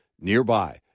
nearby